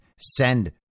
send